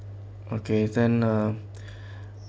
okay then uh